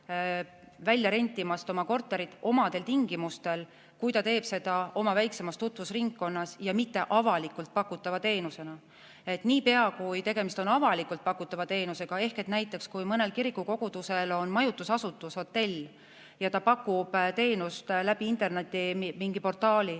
välja rentimast oma korterit omadel tingimustel, kui ta teeb seda oma väiksemas tutvusringkonnas ja mitte avalikult pakutava teenusena. Niipea, kui tegemist on avalikult pakutava teenusega ehk näiteks kui mõnel kirikul või kogudusel on majutusasutus, hotell, ja ta pakub teenust mingis internetiportaalis,